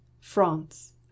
France